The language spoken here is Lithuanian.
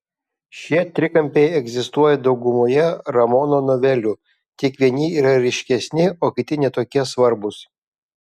šie trikampiai egzistuoja daugumoje ramono novelių tik vieni yra ryškesni o kiti ne tokie svarbūs